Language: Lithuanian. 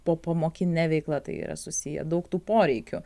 popamokine veikla tai yra susiję daug tų poreikių